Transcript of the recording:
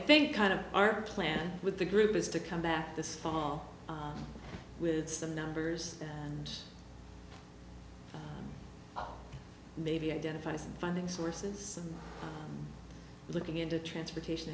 think kind of our plan with the group is to come back this fall with some numbers and maybe identify some funding sources looking into transportation